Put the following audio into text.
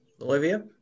Olivia